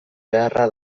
beharra